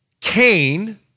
Cain